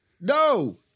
No